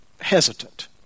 hesitant